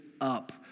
up